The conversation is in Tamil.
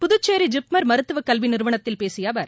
புதுச்சேரி ஜிப்மர் மருத்துவக் கல்வி நிறுவனத்தில் பேசிய அவர்